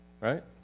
right